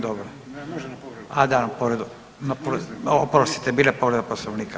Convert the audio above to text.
Dobro. … [[Upadica Bukarica, ne razumije se.]] Oprostite, bila je povreda Poslovnika.